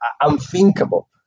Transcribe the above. unthinkable